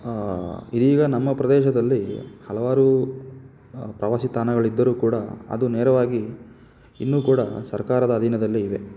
ಈಗ ನಮ್ಮ ಪ್ರದೇಶದಲ್ಲಿ ಹಲವಾರು ಪ್ರವಾಸಿ ತಾಣಗಳ್ ಇದ್ದರೂ ಕೂಡ ಅದು ನೇರವಾಗಿ ಇನ್ನೂ ಕೂಡ ಸರ್ಕಾರದ ಅಧೀನದಲ್ಲೇ ಇವೆ